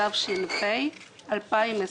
התש"ף-2020.